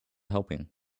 helping